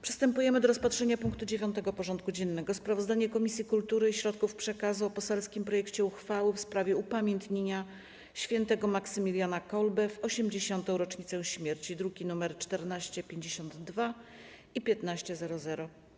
Przystępujemy do rozpatrzenia punktu 9. porządku dziennego: Sprawozdanie Komisji Kultury i Środków Przekazu o poselskim projekcie uchwały w sprawie upamiętnienia świętego Maksymiliana Kolbe w 80. rocznicę śmierci (druki nr 1452 i 1500)